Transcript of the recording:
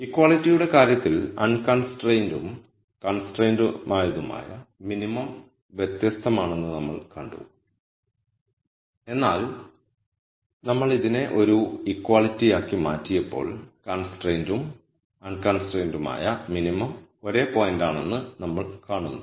ഈക്വാളിറ്റിയുടെ കാര്യത്തിൽ അൺകൺസ്ട്രൈൻഡ്തും കൺസ്ട്രൈൻഡ്തുമായ മിനിമം വ്യത്യസ്തമാണെന്ന് നമ്മൾ കണ്ടു എന്നാൽ നമ്മൾ ഇതിനെ ഒരു ഈക്വാളിറ്റിയക്കി മാറ്റിയപ്പോൾ കൺസ്ട്രൈൻഡ്തും അൺകൺസ്ട്രൈൻഡ്തുമായ മിനിമം ഒരേ പോയിന്റാണെന്ന് നമ്മൾ കാണുന്നു